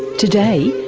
today,